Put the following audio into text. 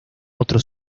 otros